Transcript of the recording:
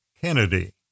Kennedy